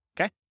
okay